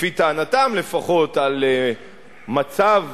לפי טענתם לפחות, למצב